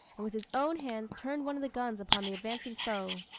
and with his own hands turned one of the guns upon the advancing foe.